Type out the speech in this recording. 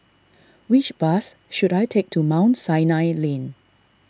which bus should I take to Mount Sinai Lane